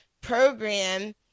program